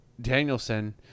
Danielson